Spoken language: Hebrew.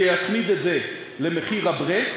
ויצמיד את זה למחיר ה-break.